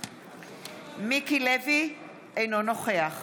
מיקי לוי, אינו נוכח